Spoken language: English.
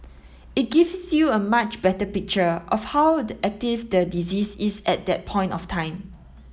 it gives you a much better picture of how the active the disease is at that point of time